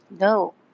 No